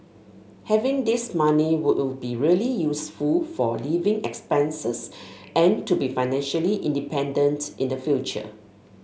having this money will be really useful for living expenses and to be financially independent in the future